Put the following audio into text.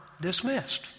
dismissed